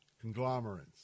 conglomerates